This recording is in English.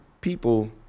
people